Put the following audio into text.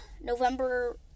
November